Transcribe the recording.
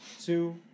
two